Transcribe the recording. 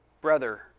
brother